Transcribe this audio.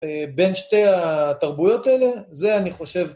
בין שתי התרבויות האלה, זה אני חושב...